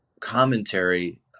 commentary